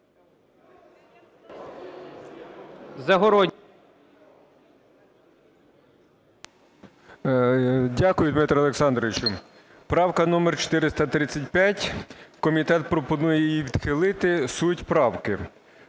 Дякую, Дмитре Олександровичу. Правка номер 435. Комітет пропонує її відхилити. Суть правки.